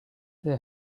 they